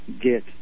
get